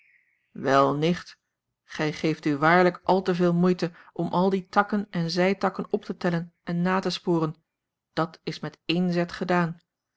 wel nicht gij geeft u waarlijk al te veel moeite om al die takken en zijtakken op te tellen en na te sporen dat is met één zet gedaan